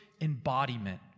embodiment